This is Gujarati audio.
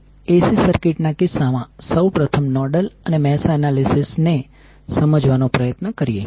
ચાલો AC સર્કિટ ના કિસ્સામાં સૌ પ્રથમ નોડલ અને મેશ એનાલિસિસ ને સમજવાનો પ્રયત્ન કરીએ